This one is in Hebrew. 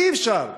אי-אפשר.